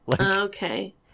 Okay